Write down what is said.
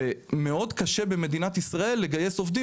ומאוד קשה במדינת ישראל לגייס עובדים